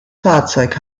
fahrzeug